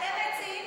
אתם מציעים פתרון?